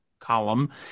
column